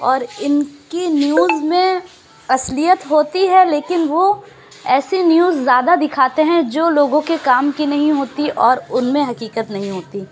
اور ان کی نیوز میں اصلیت ہوتی ہے لیکن وہ ایسی نیوز زیادہ دکھاتے ہیں جو لوگوں کے کام کی نہیں ہوتی اور ان میں حقیقت نہیں ہوتی